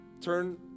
turn